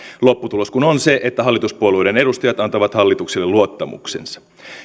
lopputulos kun on se että hallituspuolueiden edustajat antavat hallitukselle luottamuksensa